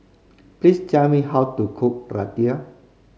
please tell me how to cook Raita